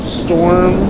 storm